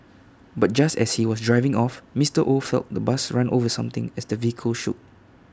but just as he was driving off Mister oh felt the bus run over something as the vehicle shook